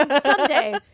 someday